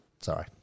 Sorry